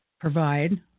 provide